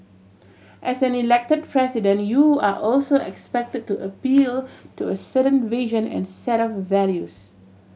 as an Elected President you are also expected to appeal to a certain vision and set of values